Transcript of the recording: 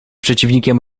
przeciwnikiem